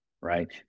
right